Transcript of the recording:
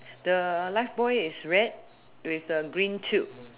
the life buoy is red with the green tube